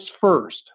first